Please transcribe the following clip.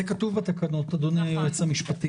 חבר הכנסת אוסאמה סעדי איתנו, תודה אדוני.